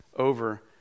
over